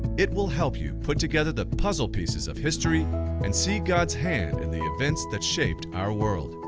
it will help you put together the puzzle pieces of history and see god's hand in the events that shaped our world.